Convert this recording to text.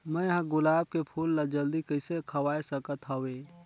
मैं ह गुलाब के फूल ला जल्दी कइसे खवाय सकथ हवे?